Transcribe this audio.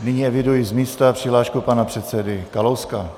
Nyní eviduji z místa přihlášku pana předsedy Kalouska.